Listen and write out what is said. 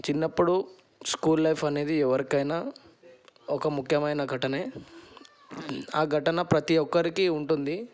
చిన్నప్పుడు school life అనేది ఎవరికైనా ఒక ముఖ్యమైన ఘటనే ఆ ఘటన ప్రతీ ఒక్కరికి ఉంటుంది